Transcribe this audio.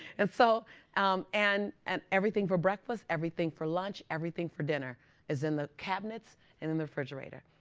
and so um and and everything for breakfast, everything for lunch, everything for dinner is in the cabinets and in the refrigerator.